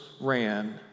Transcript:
ran